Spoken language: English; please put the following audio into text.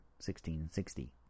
1660